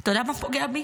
אתה יודע מה פוגע בי?